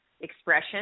expression